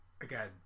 again